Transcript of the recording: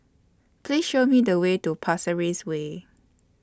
Please Show Me The Way to Pasir Ris Way